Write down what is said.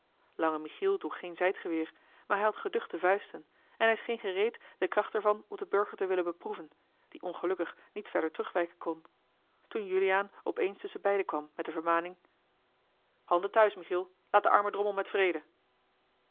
michiel droeg geen zijdgeweer maar hij had geduchte vuisten en hij scheen gereed de kracht er van op den burger te willen beproeven die ongelukkig niet verder terugwijken kon toen juliaan op eens tusschenbeide kwam met de vermaning handen thuis michiel laat den armen drommel met vrede